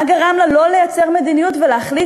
מה גרם לה לא לייצר מדיניות ולהחליט